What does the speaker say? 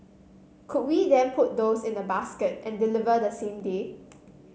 could we then put those in a basket and deliver the same day